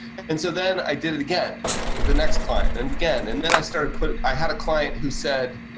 and so, then i did it again with the next client and again and then i started putting i had a client who said,